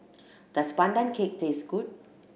does Pandan Cake taste good